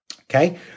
Okay